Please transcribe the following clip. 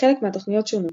חלק מהתוכניות שונו,